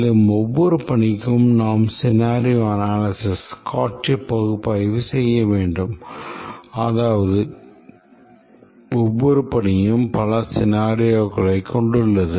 மேலும் ஒவ்வொரு பணிக்கும் நாம் scenario analysis செய்ய வேண்டும் அதாவது ஒவ்வொரு பணியும் பல scenarioகளைக் கொண்டுள்ளது